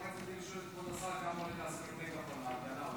רק רציתי לשאול את כבוד השר כמה עולה להשכיר מגפון בהפגנה,